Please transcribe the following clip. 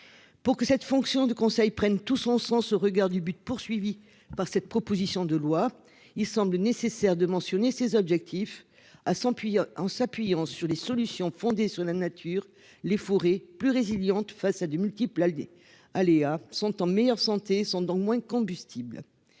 Pour que cette fonction du Conseil prenne tout son sens au regard du but poursuivi par cette proposition de loi, il semble nécessaire de mentionner ses objectifs à 100, puis en s'appuyant sur les solutions fondées sur la nature les fourrer plus résilientes face à de multiples Alder aléas sont en meilleure santé sont dans moins combustible.